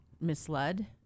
misled